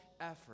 Effort